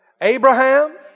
Abraham